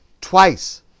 Twice